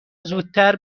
زودتر